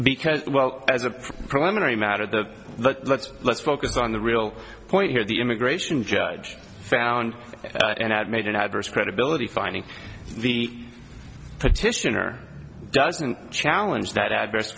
because well as a preliminary matter the the let's let's focus on the real point here the immigration judge found and had made an adverse credibility finding the petitioner doesn't challenge that adverse